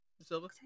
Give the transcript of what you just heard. Silva